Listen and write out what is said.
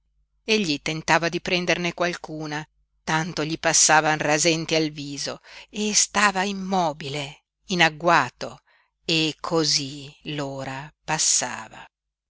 giacinto egli tentava di prenderne qualcuna tanto gli passavan rasenti al viso e stava immobile in agguato e cosí l'ora passava